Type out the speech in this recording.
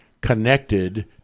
connected